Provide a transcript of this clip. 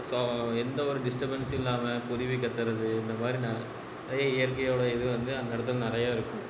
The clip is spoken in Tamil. ஸோ எந்தவொரு டிஸ்ட்டபென்ஸும் இல்லாமல் குருவி கத்துறது இந்தமாதிரி ந நிறைய இயற்கையோடய இது வந்து அந்த இடத்துல நிறையா இருக்கும்